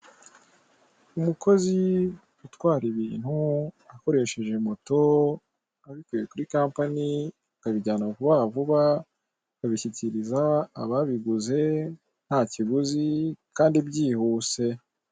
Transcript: Umukozi utwara ibintu akoresheje moto abikuye kuri kampani akabijyana vuba vuba abishikiriza ababiguze ntakiguzi kandi byihuse.